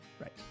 right